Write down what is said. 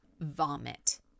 vomit